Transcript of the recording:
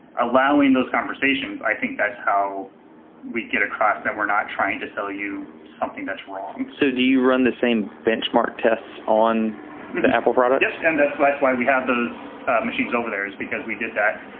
allowing those conversations, i think that's how we get across that we're not trying to sell you something that's wrong. so do you run the same benchmark tests on the apple products? yep, and that's why why we have those machines over there is because we did that.